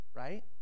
Right